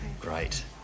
Great